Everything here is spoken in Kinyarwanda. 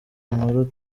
nkuru